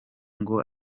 ngo